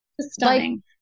stunning